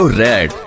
red